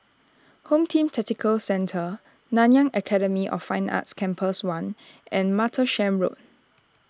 Home Team Tactical Centre Nanyang Academy of Fine Arts Campus one and Martlesham Road